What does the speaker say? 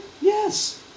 Yes